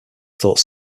thought